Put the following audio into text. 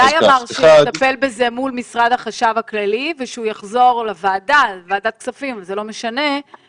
גיא אמר שיטפל זה מול משרד החשב הכללי ושהוא יחזור לוועדת הכספים לגבי